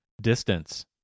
distance